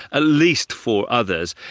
ah least four others,